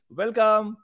welcome